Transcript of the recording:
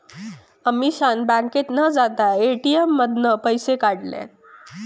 अमीषान बँकेत न जाता ए.टी.एम मधना पैशे काढल्यान